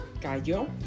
cayó